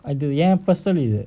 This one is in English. அதுஎன்:athu en personal இது:idhu